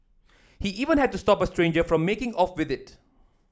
he even had to stop a stranger from making off with it